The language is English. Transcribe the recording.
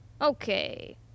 Okay